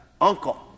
uncle